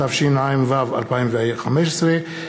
התשע"ו 2015,